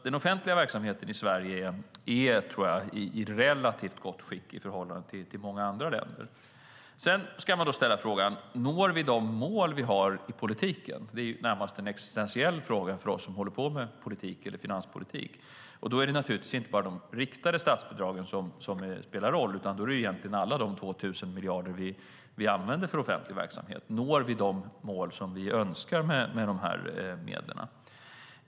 Den offentliga verksamheten i Sverige är i relativt gott skick i förhållande till många andra länder. Sedan ska man ställa frågan: Når vi de mål vi har i politiken? Det är en närmast existentiell fråga för oss som håller på med politik eller finanspolitik. Då är det naturligtvis inte bara de riktade statsbidragen som spelar roll utan egentligen alla de 2 000 miljarder vi använder för offentlig verksamhet. Når vi de mål som vi önskar med de medlen?